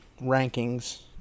rankings